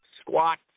squat